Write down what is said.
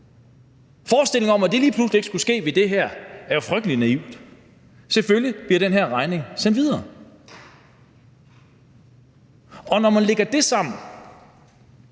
forestillingen om, at det lige pludselig ikke skulle ske ved det her, er jo frygtelig naiv. Selvfølgelig bliver den her regning sendt videre, og når man lægger det sammen,